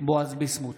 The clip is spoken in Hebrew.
בועז ביסמוט,